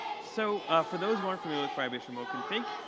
so for those who aren't familiar firebase remote config,